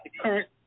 current